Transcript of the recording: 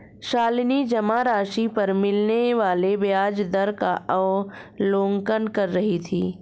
शालिनी जमा राशि पर मिलने वाले ब्याज दर का अवलोकन कर रही थी